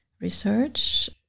research